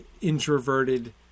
introverted